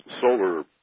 solar